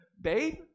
babe